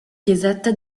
chiesetta